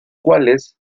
cuales